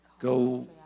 go